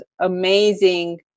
amazing